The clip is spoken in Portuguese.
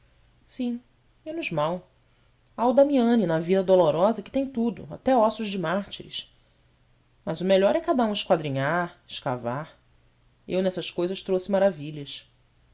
menos mau há o damiani na via dolorosa que tem tudo até ossos de mártires mas o melhor é cada um esquadrinhar escavar eu nessas cousas trouxe maravilhas